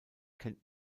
kennt